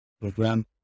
Program